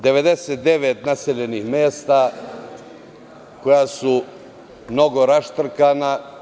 Zatim, 99 naseljenih mesta koja su mnogo raštrkana.